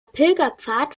pilgerpfad